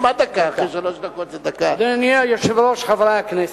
אדוני היושב-ראש, חברי הכנסת,